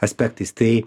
aspektais tai